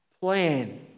plan